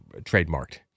trademarked